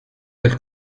del